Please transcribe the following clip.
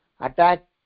attack